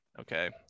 Okay